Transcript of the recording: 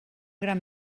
gran